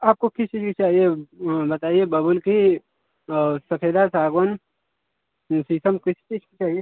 आपको किस चीज़ की चाहिए बताइए बबूल की और सफेदा सांगवान या शीशम किस चीज़ की चाहिए